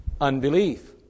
Unbelief